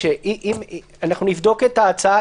לחדד שאנחנו נבדוק את ההצעה.